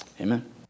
Amen